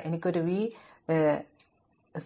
അതിനാൽ എനിക്ക് ഒരു